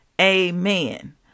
Amen